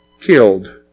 killed